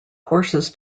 horses